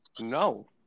No